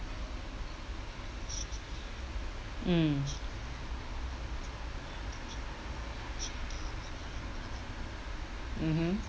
mm mmhmm